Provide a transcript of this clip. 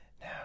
now